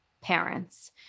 parents